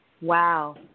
Wow